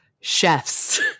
chefs